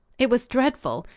it was dreadful!